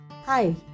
Hi